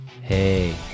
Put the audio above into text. Hey